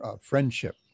friendship